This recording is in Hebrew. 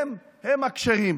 הם-הם הכשרים.